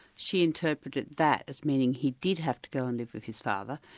she interpreted that as meaning he did have to go and live with his father,